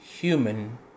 human